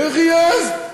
איך העזת?